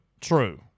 True